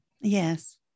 Yes